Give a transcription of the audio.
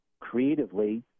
creatively